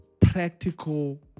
practical